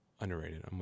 Underrated